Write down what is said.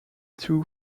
two